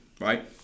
Right